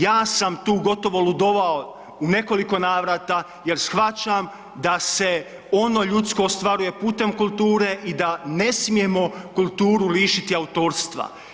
Ja sam tu gotovo ludovao u nekoliko navrata jer shvaćam da se ono ljudsko ostvaruje putem kulture i da ne smijemo kulturu lišiti autorstva.